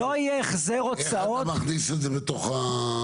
לא יהיה החזר הוצאות --- איך אתה מכניס את זה לתוך זה?